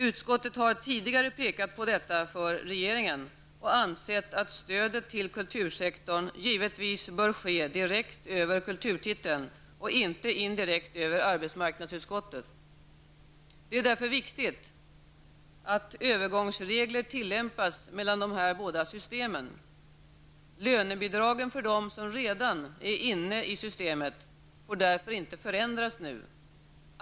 Utskottet har tidigare påtalat detta för regeringen och ansett, att stödet till kultursektorn givetvis bör ske direkt över kulturtiteln och inte indirekt över arbetsmarknadsutskottet. Det är därför viktigt att övergångsregler tillämpas mellan de båda systemen. Lönebidragen för dem som redan är inne i systemet får därför inte förändras nu.